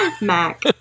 Mac